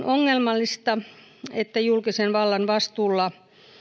on ongelmallista että julkisen vallan vastuulla